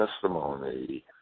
testimony